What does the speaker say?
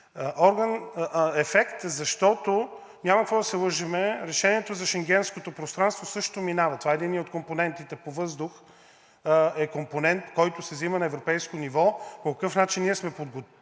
ефект. Защото няма какво да се лъжем, решението за Шенгенското пространство също минава – това е единият от компонентите по въздух, е компонент, който се взима на европейско ниво, по какъв начин ние сме подготвени